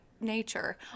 nature